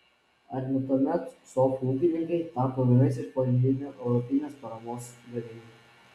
ar ne tuomet sofų ūkininkai tapo vienais iš pagrindinių europinės paramos gavėjų